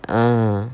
ah